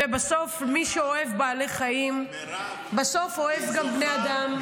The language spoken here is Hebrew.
ובסוף, מי שאוהב בעלי חיים, בסוף אוהב גם בני אדם.